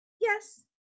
Yes